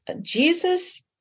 Jesus